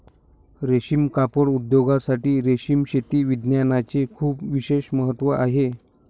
रेशीम कापड उद्योगासाठी रेशीम शेती विज्ञानाचे खूप विशेष महत्त्व आहे